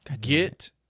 Get